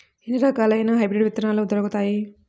ఎన్ని రకాలయిన హైబ్రిడ్ విత్తనాలు దొరుకుతాయి?